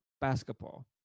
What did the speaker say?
basketball